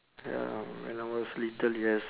ya when I was little yes